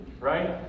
right